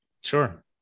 Sure